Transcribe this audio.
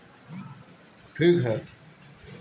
strawberry खाए से मुंह पे चमक आवेला